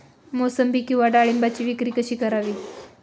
मोसंबी किंवा डाळिंबाची विक्री कशी करावी?